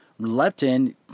leptin